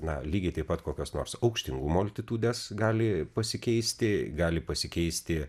na lygiai taip pat kokios nors aukštingumo altitudės gali pasikeisti gali pasikeisti